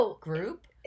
group